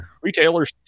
Retailers